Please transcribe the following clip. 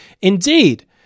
Indeed